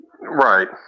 Right